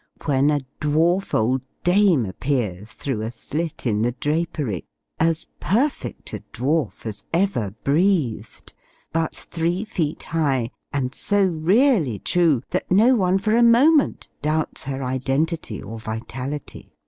when a dwarf old dame appears, through a slit in the drapery as perfect a dwarf as ever breathed but three feet high, and so really true that no one for a moment doubts her identity or vitality.